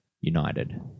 United